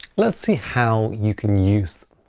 let's see how you can use